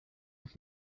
ich